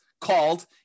called